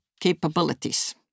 capabilities